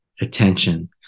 attention